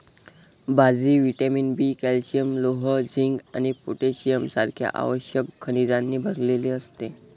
बाजरी vitamin B, calcium, लोह, zinc आणि पोटॅशियम सारख्या आवश्यक खनिजांनी भरलेली असते